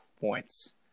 points